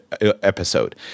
episode